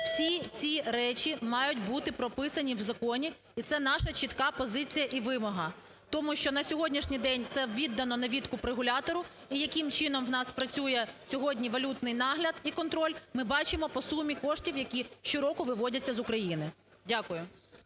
Всі ці речі мають бути прописані в законі і це наша чітка позиція і вимога. Тому що на сьогоднішній день це віддано на відкуп регулятору і яким чином в нас працює сьогодні валютний нагляд і контроль ми бачимо по сумі коштів, які щороку виводяться з України. Дякую.